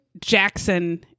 Jackson